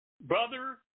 Brother